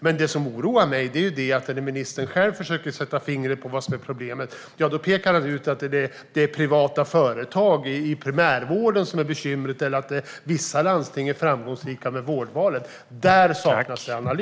Men det som oroar mig är att när ministern själv ska sätta försöka fingret på vad som är problemet pekar han på att det är privata företag i primärvården som är bekymret eller att vissa landsting är framgångsrika med vårdvalet. Där saknas det analys.